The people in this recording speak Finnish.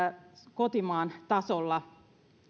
kotimaan tasolla